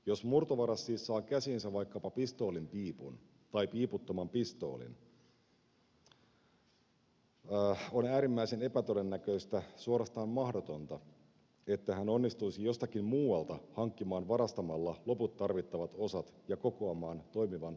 jos murtovaras siis saa käsiinsä vaikkapa pistoolin piipun tai piiputtoman pistoolin on äärimmäisen epätodennäköistä suorastaan mahdotonta että hän onnistuisi jostakin muualta hankkimaan varastamalla loput tarvittavat osat ja kokoamaan toimivan ampuma aseen